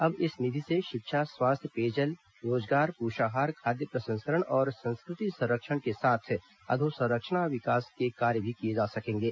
अब इस निधि से शिक्षा स्वास्थ्य पेयजल रोजगार पोषाहार खाद्य प्रसंस्करण और संस्कृति संरक्षण के साथ अधोसंरचना विकास के कार्य भी किए जा सकेंगे